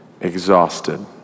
exhausted